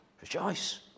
rejoice